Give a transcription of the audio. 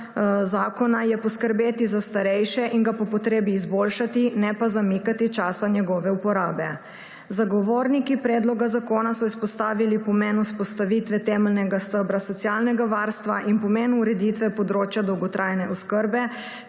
zakona je poskrbeti za starejše in ga po potrebi izboljšati, ne pa zamikati časa njegove uporabe. Zagovorniki predloga zakona so izpostavili pomen vzpostavitve temeljnega stebra socialnega varstva in pomen ureditve področja dolgotrajne oskrbe